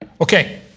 Okay